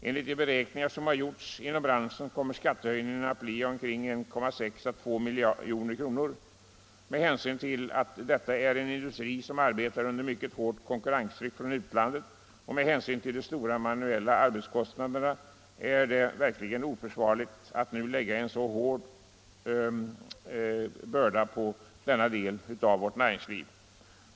Enligt de beräkningar som gjorts inom branschen kommer skattehöjningen att bli omkring 1,6-2,0 milj.kr. Med hänsyn till att detta är en industri som arbetar under mycket hårt konkurrenstryck från utlandet och med hänsyn till de stora manuella arbetskostnaderna är det verkligen oförsvarligt att nu lägga en så hård börda på denna del av vårt näringsliv.